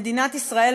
מדינת ישראל,